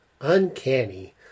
uncanny